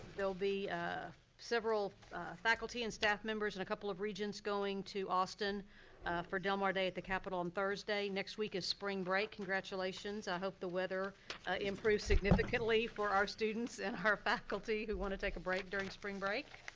they'll be ah several faculty and staff members and a couple of regents going to austin for del mar day at the capital on thursday. next week is spring break. congratulations, i hope the weather improves significantly for our students and our faculty who wanna take a break during spring break.